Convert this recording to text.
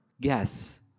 guess